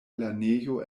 lernejo